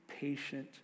patient